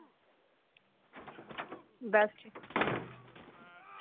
बस